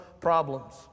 problems